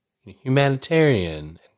humanitarian